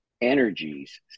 energies